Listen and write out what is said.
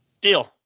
Deal